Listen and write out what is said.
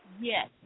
Yes